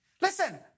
Listen